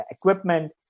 equipment